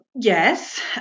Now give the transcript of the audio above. Yes